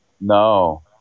No